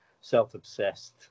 self-obsessed